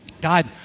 God